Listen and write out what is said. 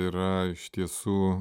yra iš tiesų